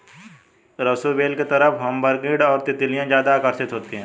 सरू बेल की तरफ हमिंगबर्ड और तितलियां ज्यादा आकर्षित होती हैं